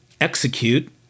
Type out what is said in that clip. execute